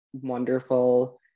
wonderful